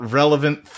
relevant